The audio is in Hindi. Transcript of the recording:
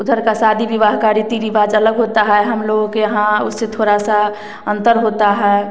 उधर का शादी विवाह का रीति रिवाज अलग होता है हम लोग के यहाँ उससे थोड़ा सा अंतर होता है